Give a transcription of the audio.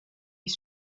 est